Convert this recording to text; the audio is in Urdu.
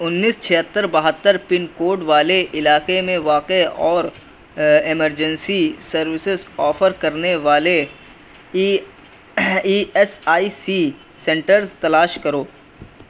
انیس چھہتر بہتر پن کوڈ والے علاقے میں واقع اور ایمرجنسی سروسیز آفر کرنے والے E E S I C centres تلاش کرو